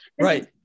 Right